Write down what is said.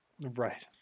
Right